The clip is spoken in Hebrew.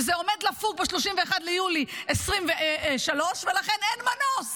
וזה עומד לפוג ב-31 ביולי 2024, ולכן אין מנוס